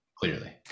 clearly